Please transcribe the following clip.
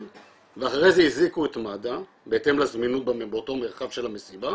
ואחרי זה הזעיקו את מד"א בהתאם לזמינות באותו מרחב של המסיבה,